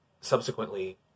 subsequently